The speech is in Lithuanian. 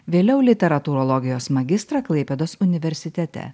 vėliau literatūrologijos magistrą klaipėdos universitete